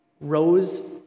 rose